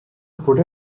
could